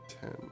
ten